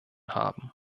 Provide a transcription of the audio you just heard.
haben